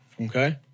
Okay